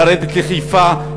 לרדת לחיפה,